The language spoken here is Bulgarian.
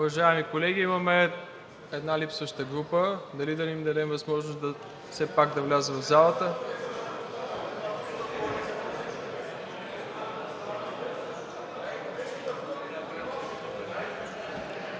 Уважаеми колеги, имаме една липсваща група. Дали да не им дадем възможност все пак да влязат в залата?